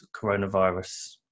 coronavirus